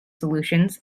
solutions